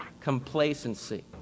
complacency